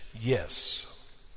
yes